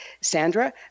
Sandra